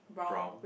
brown